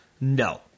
No